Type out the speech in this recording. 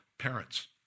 parents